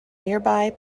nearby